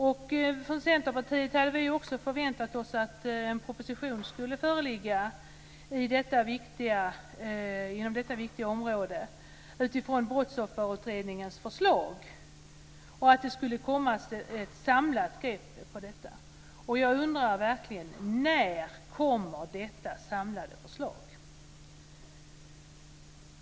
Vi från Centerpartiet hade förväntat oss att en proposition skulle föreligga i detta viktiga område utifrån Brottsofferutredningens förslag och att det skulle komma ett samlat förslag på området. Jag undrar verkligen: När kommer detta samlade förslag?